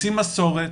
רוצים מסורת,